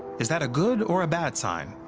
is that a good or a bad sign?